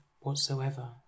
whatsoever